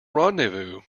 rendezvous